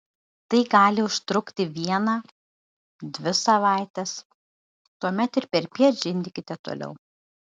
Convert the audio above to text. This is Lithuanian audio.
tai gali užtrukti vieną dvi savaites tuomet ir perpiet žindykite toliau